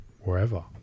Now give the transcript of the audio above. wherever